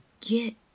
get